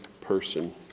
person